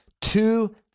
Two